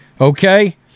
Okay